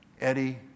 Eddie